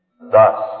Thus